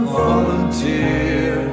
volunteer